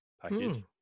package